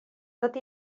tot